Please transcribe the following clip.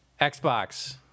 Xbox